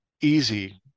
easy